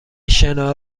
شنا